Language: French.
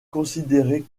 considéré